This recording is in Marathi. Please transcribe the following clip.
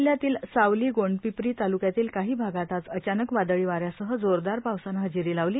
जिल्ह्यातील सावली गोंडपीपरी तालुक्यातील काही भागात आज अचानक वादळी वाऱ्यासह जोरदार पावसाने हजेरी लावली